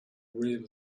real